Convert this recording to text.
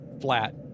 flat